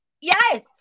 Yes